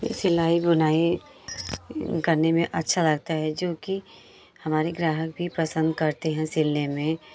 सिलाई बुनाई करने में अच्छा लगता है जो कि हमारी ग्राहक भी पसंद करते हैं सिलने में